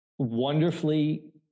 wonderfully